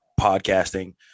podcasting